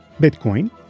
Bitcoin